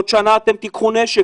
בעוד שנה אתם תיקחו נשק,